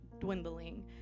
dwindling